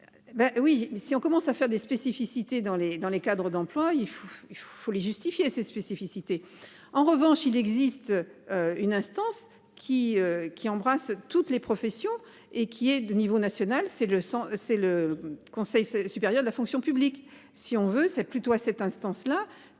mais si on commence à faire des spécificités dans les dans les cadres d'emplois il faut il faut les justifier ses spécificités. En revanche, il existe. Une instance qui qui embrasse toutes les professions et qui est de niveau national. C'est le sens c'est le Conseil supérieur de la fonction publique. Si on veut, c'est plutôt à cette instance là